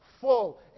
full